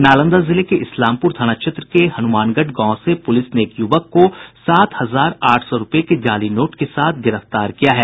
नालंदा जिले के इस्लामपुर थाना क्षेत्र के हनुमानगढ़ गांव से पुलिस ने एक युवक को सात हजार आठ सौ रूपये के जाली नोट के साथ गिरफ्तार किया है